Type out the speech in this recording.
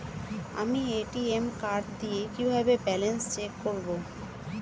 আমি ATM card দিয়ে কিভাবে ব্যালেন্স চেক করব?